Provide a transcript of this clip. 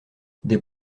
des